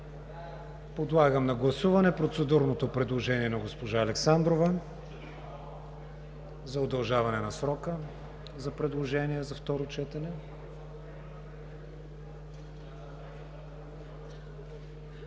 Подлагам на гласуване процедурното предложение на госпожа Александрова за удължаване на срока за предложения за второ четене.